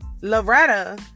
Loretta